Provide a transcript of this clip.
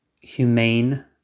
humane